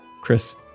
Chris